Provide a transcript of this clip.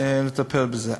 לטפל בזה.